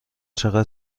چقدر